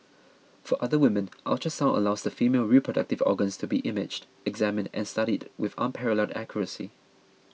for other women ultrasound allows the female reproductive organs to be imaged examined and studied with unparalleled accuracy